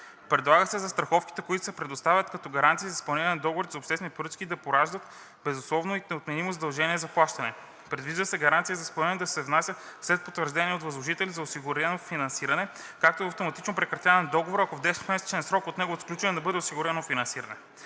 Предлага се застраховките, които се предоставят като гаранция за изпълнение на договорите за обществени поръчки, да пораждат безусловно и неотменимо задължение за плащане. Предвижда се гаранцията за изпълнение да се внася след потвърждение от възложителя за осигурено финансиране, както и автоматично прекратяване на договора, ако в 10-месечен срок от неговото сключване не бъде осигурено финансиране.